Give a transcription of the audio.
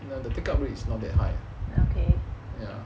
the take up rate is not that high